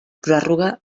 pròrroga